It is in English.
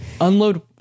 unload